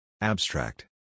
Abstract